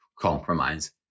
compromise